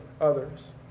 others